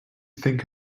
think